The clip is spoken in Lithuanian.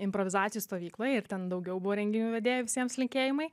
improvizacijų stovykloj ir ten daugiau buvo renginių vedėjų visiems linkėjimai